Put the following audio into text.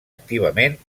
activament